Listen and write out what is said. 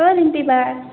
অঁ ৰিম্পী বা